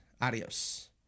Adios